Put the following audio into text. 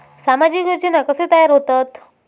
सामाजिक योजना कसे तयार होतत?